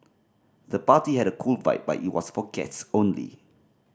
the party had a cool vibe but it was for guests only